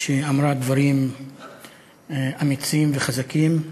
היא אמרה דברים אמיצים וחזקים.